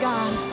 God